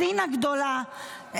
סין הגדולה,